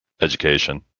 education